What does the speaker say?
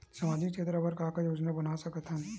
सामाजिक क्षेत्र बर का का योजना बना सकत हन?